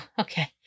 okay